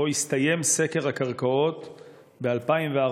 שבו הסתיים סקר הקרקעות ב-2014,